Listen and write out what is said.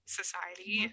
society